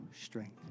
strength